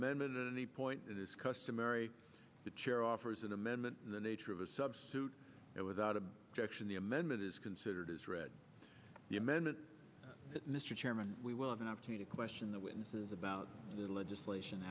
amendment and the point is customary the chair offers an amendment in the nature of a substitute and without a direction the amendment is considered as read the amendment mr chairman we will have an opportunity to question the witnesses about little legislation